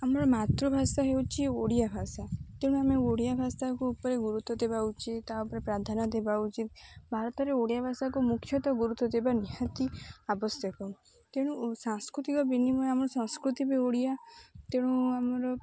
ଆମର ମାତୃଭାଷା ହେଉଛି ଓଡ଼ିଆ ଭାଷା ତେଣୁ ଆମେ ଓଡ଼ିଆ ଭାଷାକୁ ଉପରେ ଗୁରୁତ୍ୱ ଦେବା ଉଚିତ ତା' ଉପରେ ପ୍ରାଧାନ୍ୟ ଦେବା ଉଚିତ ଭାରତରେ ଓଡ଼ିଆ ଭାଷାକୁ ମୁଖ୍ୟତଃ ଗୁରୁତ୍ୱ ଦେବା ନିହାତି ଆବଶ୍ୟକ ତେଣୁ ସାଂସ୍କୃତିକ ବିନିମୟ ଆମର ସଂସ୍କୃତି ବି ଓଡ଼ିଆ ତେଣୁ ଆମର